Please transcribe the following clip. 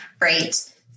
right